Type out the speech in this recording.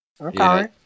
Okay